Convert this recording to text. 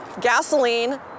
gasoline